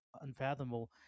unfathomable